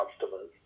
customers